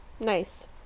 Nice